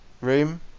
room